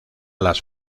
las